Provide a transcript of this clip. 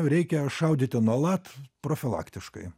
reikia šaudyti nuolat profilaktiškai